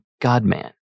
God-man